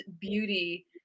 beauty